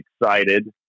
excited